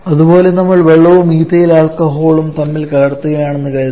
അതുപോലെ നമ്മൾ വെള്ളവും എഥൈൽ ആൽക്കഹോളും തമ്മിൽ കലർത്തുക ആണെന്ന് കരുതുക